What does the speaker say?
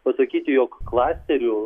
pasakyti jog klasterių